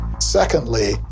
Secondly